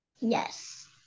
Yes